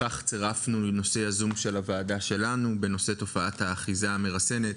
לכך צירפנו את נושא תופעת "אחיזה מרסנת"